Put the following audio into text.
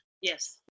Yes